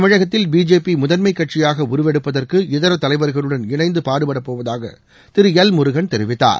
தமிழகத்தில் பிஜேபி முதன்மை கட்சியாக உருவெடுப்பதற்கு இதர தலைவர்களுடன் இணைந்து பாடுபடப்போவதாக திரு எல் முருகன் தெரிவித்தார்